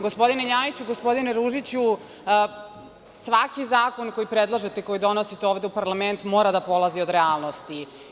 Gospodine LJajiću, gospodine Ružiću, svaki zakon koji predlažete i koji donosite ovde u parlament mora da polazi od realnosti.